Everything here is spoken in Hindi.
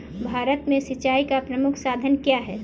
भारत में सिंचाई का प्रमुख साधन क्या है?